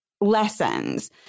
lessons